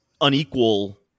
unequal